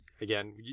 again